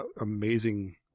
amazing